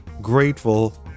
grateful